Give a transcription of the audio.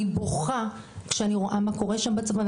אני בוכה כשאני רואה שם בצפון,